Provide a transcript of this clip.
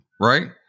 right